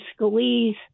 Scalise